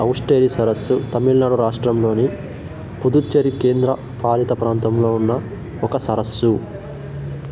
ఔస్టేరి సరస్సు తమిళనాడు రాష్ట్రంలోని పుదుచ్చేరి కేంద్రపాలిత ప్రాంతంలో ఉన్న ఒక సరస్సు